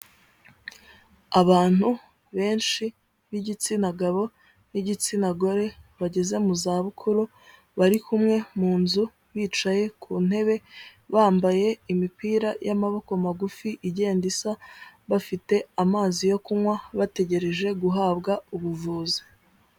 Abantu benshi b'igitsina gabo n'igitsina gore bageze mu zabukuru, bari kumwe mu nzu bicaye ku ntebe, bambaye imipira y'amaboko magufi igenda isa, bafite amazi yo kunywa, bategereje guhabwa ubuvuzi.